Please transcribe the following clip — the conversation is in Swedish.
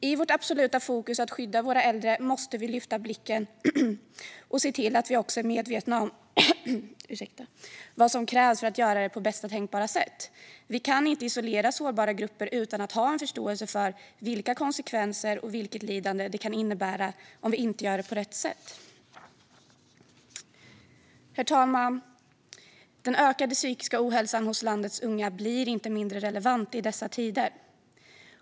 I vårt absoluta fokus på att skydda våra äldre måste vi lyfta blicken och se till att vi också är medvetna om vad som krävs för att göra det på bästa tänkbara sätt. Vi kan inte isolera sårbara grupper utan att ha en förståelse för vilka konsekvenser och vilket lidande det kan innebära om vi inte gör det på rätt sätt. Herr talman! Den ökade psykiska ohälsan hos landets unga blir inte mindre relevant i dessa tider.